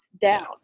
down